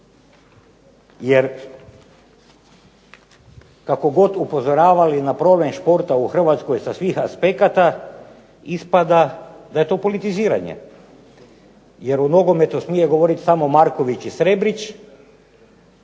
jer kako god upozoravali na problem športa u Hrvatskoj sa svih aspekata, ispada da je to politiziranje, jer o nogometu smije govoriti samo Marković i Srebrić,